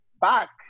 back